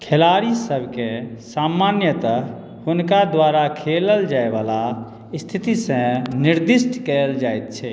खेलाड़ीसभके सामान्यतः हुनका द्वारा खेलल जायवला स्थितिसँ निर्दिष्ट कएल जाइत छै